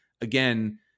again